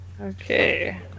Okay